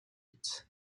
биз